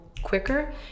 quicker